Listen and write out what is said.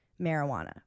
marijuana